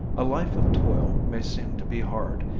a life of toil may seem to be hard,